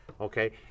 Okay